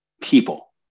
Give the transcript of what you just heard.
people